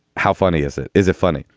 how funny is it? is it funny?